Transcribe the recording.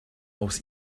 aus